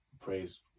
praise